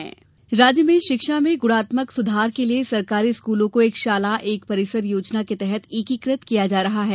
शाला योजना राज्य में शिक्षा में गुणात्मक सुधार के लिये सरकारी स्कूलों को एक शाला एक परिसर योजना के तहत एकीकृत किया जा रहा है